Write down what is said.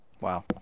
Wow